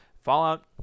fallout